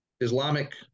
Islamic